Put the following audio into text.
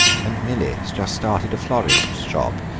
and milly has just started a florist's shop,